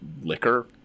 liquor